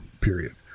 period